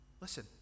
Listen